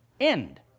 end